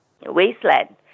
wasteland